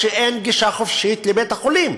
שאין גישה חופשית לבית-החולים,